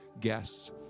guests